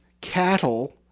cattle